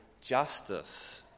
justice